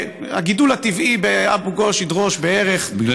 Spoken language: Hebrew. הגידול הטבעי באבו גוש ידרוש בערך 30,